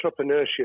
entrepreneurship